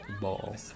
ball